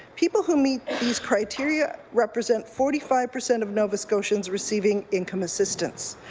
people who meet these criteria represent forty five percent of nova scotians receiving income assistance.